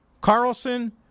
Carlson